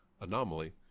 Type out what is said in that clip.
anomaly